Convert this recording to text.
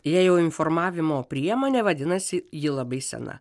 jei jau informavimo priemonė vadinasi ji labai sena